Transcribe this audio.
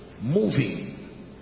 Moving